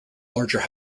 larger